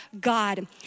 God